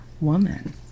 woman